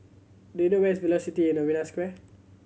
do you know where is Velocity at Novena Square